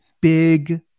big